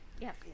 Yes